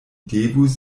devus